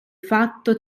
fatto